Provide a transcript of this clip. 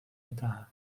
میدهند